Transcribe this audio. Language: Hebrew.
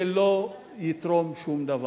זה לא יתרום שום דבר.